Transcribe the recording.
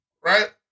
right